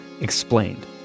Explained